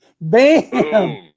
bam